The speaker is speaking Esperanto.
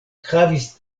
havis